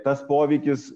tas poveikis